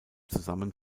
zusammen